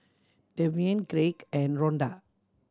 Devyn Craig and Ronda